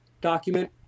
document